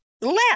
left